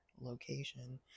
location